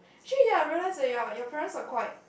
actually ya I realize that ya your parents are quite